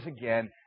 again